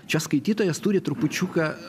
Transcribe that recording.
čia skaitytojas turi trupučiuką